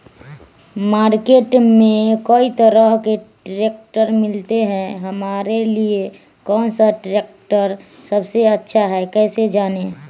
Market में कई तरह के ट्रैक्टर मिलते हैं हमारे लिए कौन सा ट्रैक्टर सबसे अच्छा है कैसे जाने?